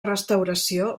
restauració